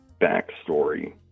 backstory